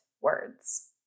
words